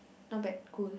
not bad cool